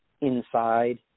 inside